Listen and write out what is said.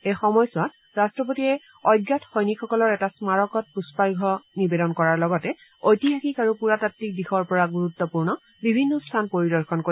এই সময়ছোৱাত ৰট্টপতিয়ে অজ্ঞাত সৈনিকসকলৰ এটা স্মাৰকত পুষ্পাৰ্ঘ্য নিৱেদন কৰাৰ লগতে এতিহাসিক আৰু পুৰাতাত্বিক দিশৰ পৰা গুৰুত্বপূৰ্ণ বিভিন্ন স্থান পৰিদৰ্শন কৰিব